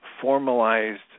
formalized